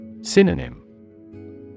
Synonym